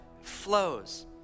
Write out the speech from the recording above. flows